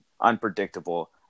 unpredictable